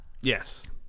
Yes